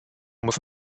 muss